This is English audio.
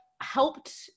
helped